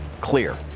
clear